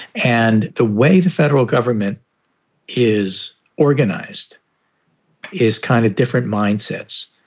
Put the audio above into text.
and the way the federal government is organized is kind of different mindsets.